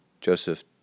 Joseph